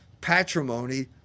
patrimony